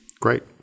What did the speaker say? Great